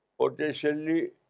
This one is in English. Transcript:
potentially